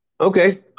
Okay